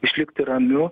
išlikti ramiu